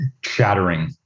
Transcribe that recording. shattering